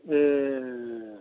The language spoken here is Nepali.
ए